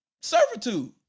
servitude